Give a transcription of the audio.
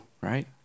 right